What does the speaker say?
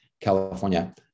California